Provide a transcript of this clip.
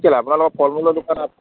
কেলৈ আপোনালোকৰ ফল মূলৰ দোকান আছে